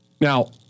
Now